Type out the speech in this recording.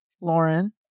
Lauren